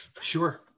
sure